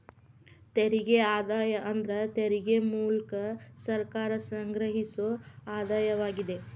ತೆರಿಗೆ ಆದಾಯ ಅಂದ್ರ ತೆರಿಗೆ ಮೂಲ್ಕ ಸರ್ಕಾರ ಸಂಗ್ರಹಿಸೊ ಆದಾಯವಾಗಿದೆ